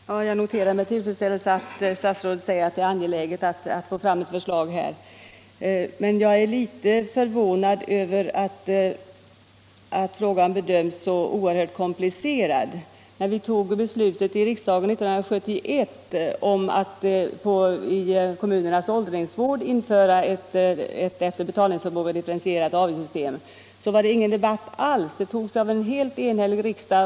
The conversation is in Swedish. Fru talman! Jag noterar med tillfredsställelse att statsrådet säger att det är angeläget att få fram ett förslag. Men jag är litet förvånad över att frågan bedöms vara så oerhört komplicerad. När vi i riksdagen 1971 fattade beslutet om att för kommunernas åldringsvård införa ett efter betalningsförmåga differentierat avgiftssystem var det ingen som helst debatt. Beslutet fattades av en helt enig riksdag.